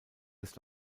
des